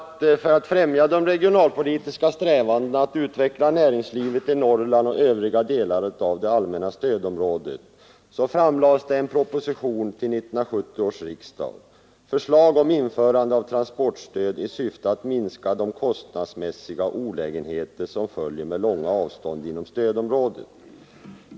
För att främja de regionalpolitiska strävandena att utveckla näringslivet i Norrland och övriga delar av det allmänna stödområdet framlades i proposition till 1970 års riksdag förslag om införande av transportstöd i syfte att minska de kostnadsmässiga olägenheter som följer med långa avstånd inom stödområdet.